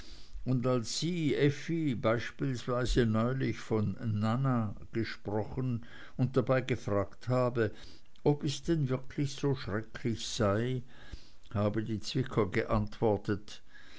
und als sie effi beispielsweise neulich von nana gesprochen und dabei gefragt habe ob es denn wirklich so schrecklich sei habe die zwicker geantwortet